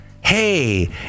Hey